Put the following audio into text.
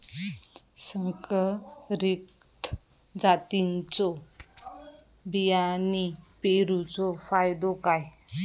संकरित जातींच्यो बियाणी पेरूचो फायदो काय?